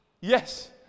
Yes